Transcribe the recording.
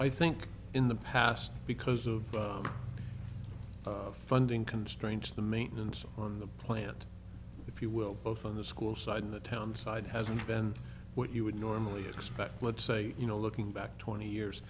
i think in the past because of funding constraints the maintenance on the plant if you will both on the school side and the town side hasn't been what you would normally expect let's say you know looking back twenty years